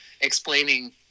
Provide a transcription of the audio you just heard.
explaining